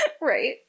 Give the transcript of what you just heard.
Right